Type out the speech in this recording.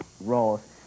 roles